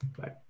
Bye